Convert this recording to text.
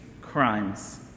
Crimes